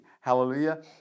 hallelujah